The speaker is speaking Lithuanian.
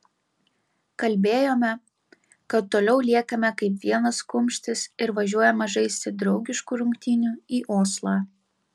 kalbėjome kad toliau liekame kaip vienas kumštis ir važiuojame žaisti draugiškų rungtynių į oslą